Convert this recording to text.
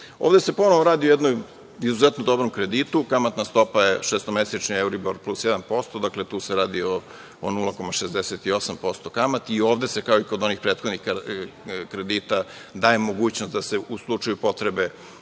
voz".Ovde se ponovo radi o jednom izuzetno dobrom kreditu. Kamatna stopa je šestomesečni Euribor plus 1%. Dakle, tu se radi o 0,68% kamati. I ovde se, kao i kod onih prethodnih kredita, daje mogućnost da se u slučaju potrebe ili